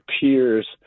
peers